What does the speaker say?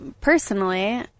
personally